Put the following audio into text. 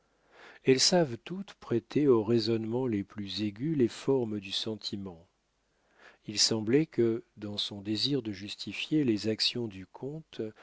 elles savent toutes prêter aux raisonnements les plus aigus les formes du sentiment il semblait que dans son désir de justifier les actions du comte